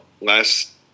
Last